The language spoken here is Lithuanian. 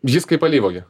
jis kaip alyvuogė